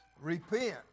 Repent